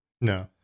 No